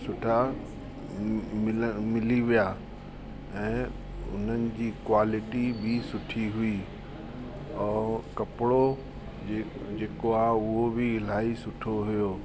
सुठा मिलण मिली विया ऐं उन्हनि जी क्वालिटी बि सुठी हुई ऐं कपिड़ो जे जेको आहे उहो बि इलाही सुठो हुओ